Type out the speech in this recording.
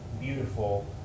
beautiful